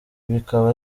bikaba